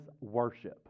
worship